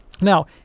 Now